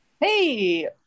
Hey